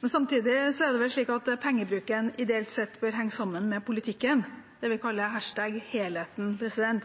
men samtidig er det vel slik at pengebruken ideelt sett bør henge sammen med politikken, det vi kaller «# helheten».